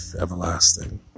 everlasting